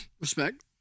Respect